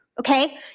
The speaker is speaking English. okay